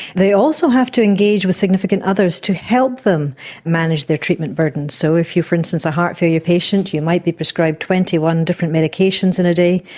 they also have to engage with significant others to help them manage their treatment burden. so if you are, for instance, a heart failure patient, you might be prescribed twenty one different medications in a day,